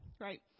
right